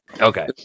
okay